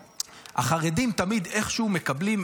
החרדים תמיד איכשהו מקבלים אקסטרה.